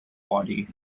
body